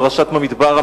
פרשת במדבר,